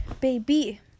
Baby